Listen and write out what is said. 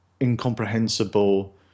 incomprehensible